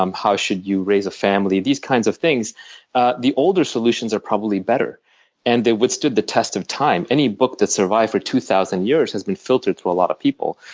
um how should you raise a family, these kinds of things ah the older solutions are probably better and they've withstood the test of time. any book that's survived for two thousand years has been filtered through a lot of people.